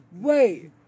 wait